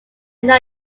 now